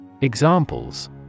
Examples